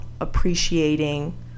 appreciating